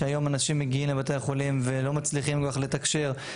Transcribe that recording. היום אנשים מגיעים לבתי חולים ולא מצליחים כל כך לתקשר,